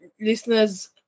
listeners